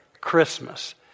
Christmas